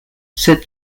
said